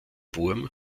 wurm